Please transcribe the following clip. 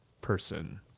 person